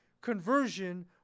conversion